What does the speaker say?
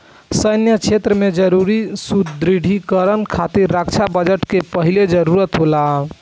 सैन्य क्षेत्र में जरूरी सुदृढ़ीकरन खातिर रक्षा बजट के पहिले जरूरत होला